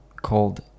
called